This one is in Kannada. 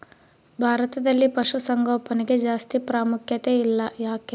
ಭಾರತದಲ್ಲಿ ಪಶುಸಾಂಗೋಪನೆಗೆ ಜಾಸ್ತಿ ಪ್ರಾಮುಖ್ಯತೆ ಇಲ್ಲ ಯಾಕೆ?